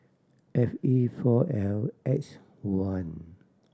F E four L X one